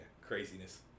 Craziness